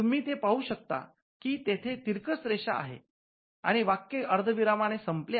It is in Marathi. तुम्ही हे पाहू शकतात की येथे तिरकस रेषा आहेत आणि वाक्य अर्ध विरामाने संपले आहे